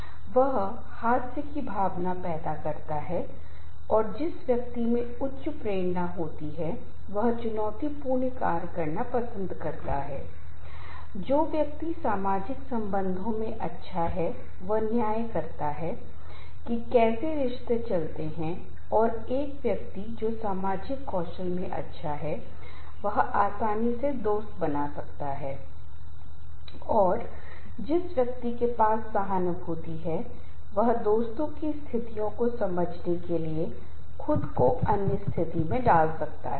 इसका मतलब है जब तनाव कम होता है तो कम प्रेरणा निष्क्रियता सुस्ती खराब प्रदर्शन के लिए अग्रणी होती है और जैसे जैसे तनाव बढ़ता जाएगा या तनाव का एक मध्यम स्तर होता है यह हमें सतर्क सक्रिय चुनौती देता है और यह वो मंच है जहां प्रदर्शन बढ़ता है और आप वक्र के शिखर को Y अक्ष से जोड़ेंगे और यह इष्टतम प्रदर्शन से संबंधित मध्यम एरोसोल का चरण है